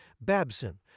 Babson